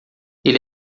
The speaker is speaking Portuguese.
ele